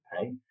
pay